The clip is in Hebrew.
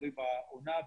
תלוי בעונה,